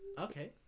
Okay